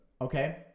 Okay